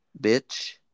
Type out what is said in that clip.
bitch